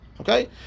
okay